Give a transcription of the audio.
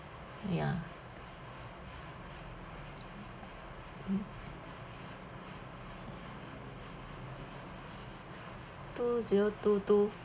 ya mm two zero two two